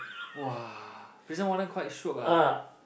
!wah! prison warden quite shiok ah